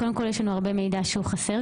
קודם כל יש הרבה מידע שהוא חסר,